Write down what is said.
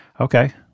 Okay